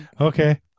okay